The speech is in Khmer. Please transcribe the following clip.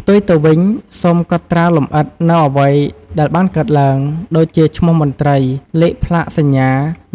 ផ្ទុយទៅវិញ សូមកត់ត្រាលម្អិតនូវអ្វីដែលបានកើតឡើង ដូចជាឈ្មោះមន្ត្រី លេខផ្លាកសញ្ញា